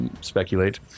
speculate